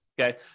okay